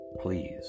Please